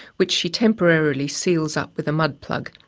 which she temporarily seals up with a mud plug.